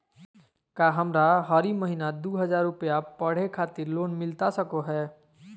का हमरा हरी महीना दू हज़ार रुपया पढ़े खातिर लोन मिलता सको है?